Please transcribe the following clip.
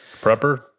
Prepper